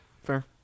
fair